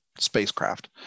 spacecraft